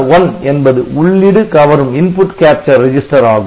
ICR1 என்பது உள்ளிடு கவரும் ரெஜிஸ்டர் ஆகும்